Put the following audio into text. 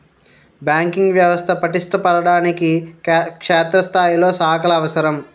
banking వ్యవస్థ పటిష్ట పరచడానికి క్షేత్రస్థాయిలో శాఖలు అవసరం